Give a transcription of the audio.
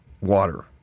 water